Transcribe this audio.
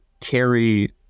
carry